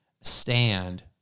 stand